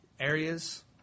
areas